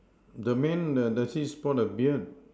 the man the those he sport a beard